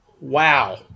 Wow